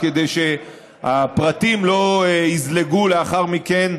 כדי שהפרטים לא יזלגו לאחר מכן,